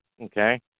okay